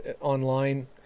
online